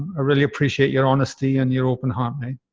ah really appreciate your honesty and your open harmony.